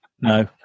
no